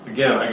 Again